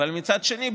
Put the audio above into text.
אבל מצד שני,